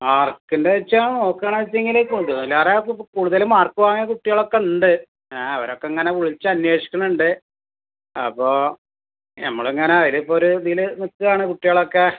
മാർക്കിൻറെ വെച്ചാൽ നോക്കുന്നത് വെച്ചെങ്കിൽ കൂടുതലേറെ കൂടുതൽ മാർക്ക് വാങ്ങിയ കുട്ടികളൊക്കെ ഉണ്ട് ആ അവരൊക്കെ ഇങ്ങനെ വിളിച്ച് അന്വേഷിക്കുന്നുണ്ട് അപ്പോൾ നമ്മൾ ഇങ്ങനെ അവരിപ്പോൾ ഒരു ഇതിൽ നിൽക്കുവാണ് കുട്ടികൾ ഒക്കെ